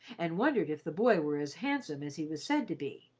and wondered if the boy were as handsome as he was said to be,